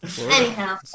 anyhow